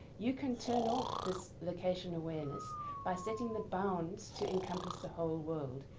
you can turn off this location awareness by setting the bounds to encompass the whole world.